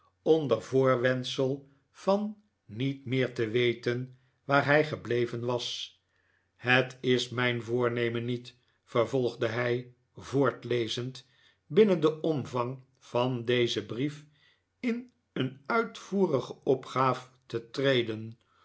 onder voorwendsel van niet meer te we ten waar hij gebleven was het is mijn voornemen niet vervolgde hij voortlezend binnen den pmvang van dezen brief in een uitvoerige opgaaf te treden